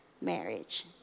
marriage